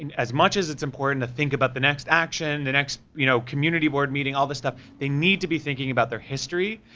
and as much as it's important to think about the next action, the next, you know, community board meeting, all these stuff, they need to be thinking about their history,